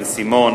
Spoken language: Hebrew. בן-סימון,